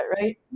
right